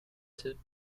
typ